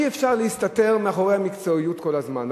אי-אפשר להסתתר מאחורי המקצועיות כל הזמן,